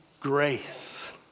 Grace